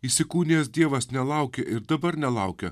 įsikūnijęs dievas nelaukė ir dabar nelaukia